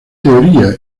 teoría